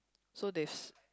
so they f~